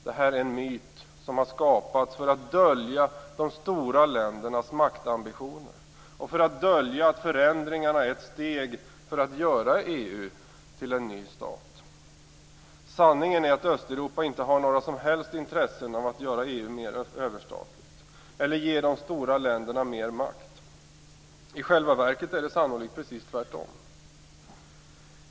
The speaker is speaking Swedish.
Det här är en myt som har skapats för att dölja de stora ländernas maktambitioner och för att dölja att förändringarna är ett steg för att göra EU till en ny stat. Sanningen är den att Östeuropa inte har några som helst intressen av att göra EU mera överstatligt eller ge de stora länderna mer makt. I själva verket är det sannolikt precis tvärtom.